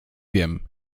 wiem